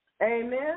Amen